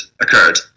occurred